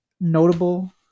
notable